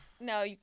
No